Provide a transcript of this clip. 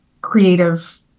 creative